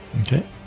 Okay